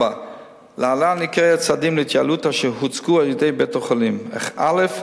4. להלן עיקרי הצעדים להתייעלות אשר הוצגו על-ידי בית-החולים: א.